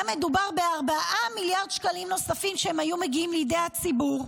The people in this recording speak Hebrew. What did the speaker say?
היה מדובר ב-4 מיליארד שקלים נוספים שהיו מגיעים לידי הציבור.